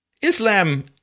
Islam